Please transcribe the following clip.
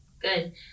Good